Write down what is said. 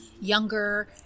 younger